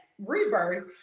rebirth